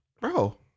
Bro